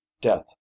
death